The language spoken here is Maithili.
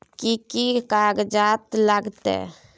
कि कि कागजात लागतै?